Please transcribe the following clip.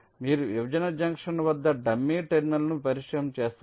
మీరు విభజన జంక్షన్ వద్ద డమ్మీ టెర్మినల్ను పరిచయం చేస్తారు